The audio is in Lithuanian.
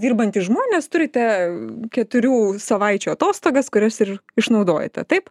dirbantys žmonės turite keturių savaičių atostogas kurias ir išnaudojate taip